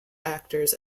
actors